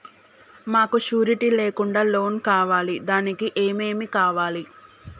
మాకు షూరిటీ లేకుండా లోన్ కావాలి దానికి ఏమేమి కావాలి?